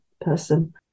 person